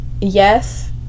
yes